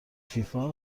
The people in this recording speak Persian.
فیفا